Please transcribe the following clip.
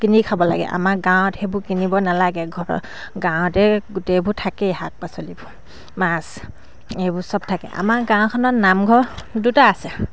কিনি খাব লাগে আমাৰ গাঁৱত সেইবোৰ কিনিব নালাগে ঘৰ গাঁৱতেই গোটেইবোৰ থাকেই শাক পাচলিবোৰ মাছ এইবোৰ চব থাকে আমাৰ গাঁওখনত নামঘৰ দুটা আছে